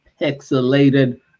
pixelated